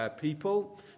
people